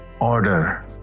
order